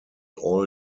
all